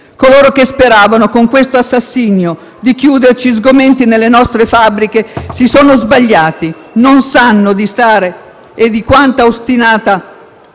Coloro che speravano, con questo assassinio, di chiuderci sgomenti nelle nostre fabbriche si sono sbagliati. Non sanno di quale ostinata